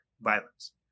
violence